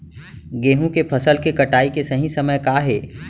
गेहूँ के फसल के कटाई के सही समय का हे?